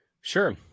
Sure